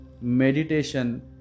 Meditation